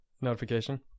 Notification